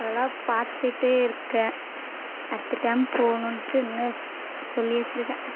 அதல்லாம் பார்த்துட்டே இருக்கேன் அடுத்த டைம் போகணுன்ட்டு இன்னும் சொல்லி வச்சுருக்கேன்